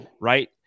right